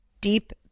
deep